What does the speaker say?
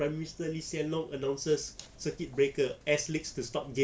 prime minister lee hsien loong announces circuit breaker S leagues to stop game